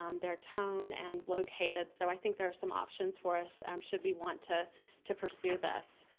um their tone, and located, so i think there are some options for us um should we want to to pursue this.